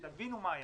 תבינו מה היה.